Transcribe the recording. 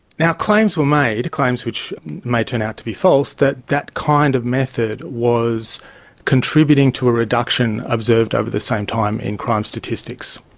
claims were made, claims which may turn out to be false, that that kind of method was contributing to a reduction observed over the same time in crime statistics.